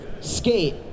skate